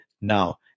now